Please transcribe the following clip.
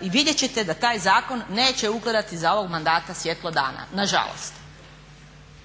i vidjet ćete da taj zakon neće ugledati za ovog mandata svjetlo dana, nažalost.